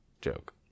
Joke